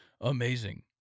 amazing